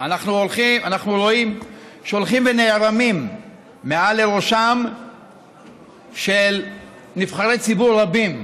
אנחנו רואים שהולכים ונערמים מעל ראשם של נבחרי ציבור רבים